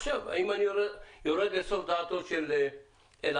אם אני יורד לסוף דעתו של אלעד,